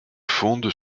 fonde